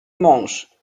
mąż